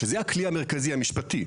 שזה הכלי המרכזי המשפטי,